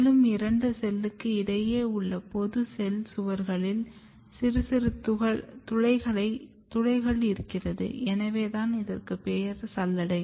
மேலும் இரண்டு செல்லுக்கு இடையே உள்ள பொது செல் சுவர்களில் சிறு சிறு துளைகள் இருக்கிறது எனவே தான் இதற்கு பெயர் சல்லடை